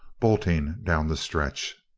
bolting down the stretch.